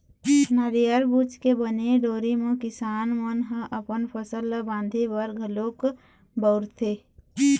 नरियर बूच के बने डोरी म किसान मन ह अपन फसल ल बांधे बर घलोक बउरथे